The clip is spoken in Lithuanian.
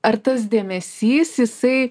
ar tas dėmesys jisai